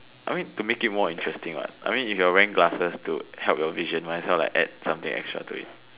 I mean to make it more interesting what I mean if you're wearing glasses to help your vision might as well add something extra to it